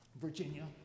Virginia